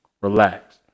Relax